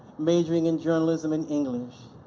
majoring in journalism and english.